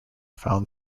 found